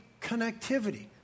connectivity